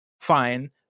fine